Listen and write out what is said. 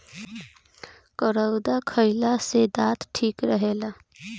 करौदा खईला से दांत ठीक रहेला